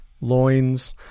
loins